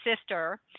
sister